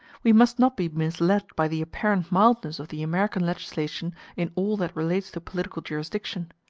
we must not be misled by the apparent mildness of the american legislation in all that relates to political jurisdiction.